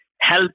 help